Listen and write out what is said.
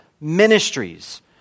ministries